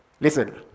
Listen